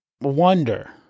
wonder